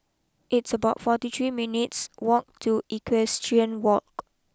it's about forty three minutes walk to Equestrian walk